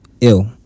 ill